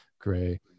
gray